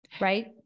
right